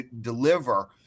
deliver